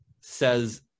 says